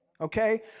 okay